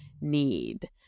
need